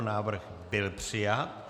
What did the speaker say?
Návrh byl přijat.